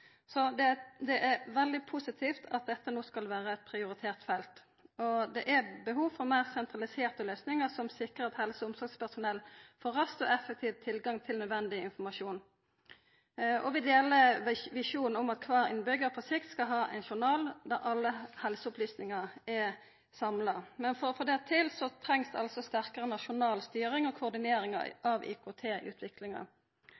Så det er veldig positivt at dette no skal vera eit prioritert felt. Det er behov for meir sentraliserte løysingar som sikrar at helse- og omsorgspersonell får rask og effektiv tilgang til nødvendig informasjon. Vi deler òg visjonen om at kvar innbyggjar på sikt skal ha ein journal der alle helseopplysningar er samla. Men for å få det til trengst det altså sterkare nasjonal styring og